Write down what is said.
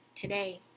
today